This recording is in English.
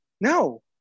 No